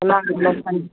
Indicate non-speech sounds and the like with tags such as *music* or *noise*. *unintelligible*